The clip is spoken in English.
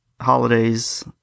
holidays